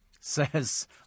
says